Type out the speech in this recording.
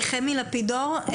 חמי לפידור,